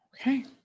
Okay